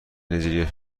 نیجریه